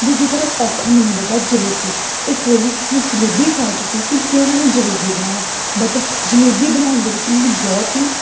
ਦੂਜੀ ਤਰਫ ਔਖਾ ਮੈਨੂੰ ਲੱਗਾ ਜਲੇਬੀ ਇੱਕ ਵਾਰੀ ਮੈਂ ਜਲੇਬੀ ਟ੍ਰਾਈ ਕੀਤੀ ਕਿ ਕਿਉਂ ਨਾ ਮੈਂ ਜਲੇਬੀ ਬਣਾਵਾਂ ਬਟ ਜਲੇਬੀ ਬਣਾਉਣ ਦੇ ਵਿੱਚ ਮੈਨੂੰ ਬਹੁਤ ਹੀ